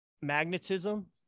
magnetism